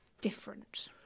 different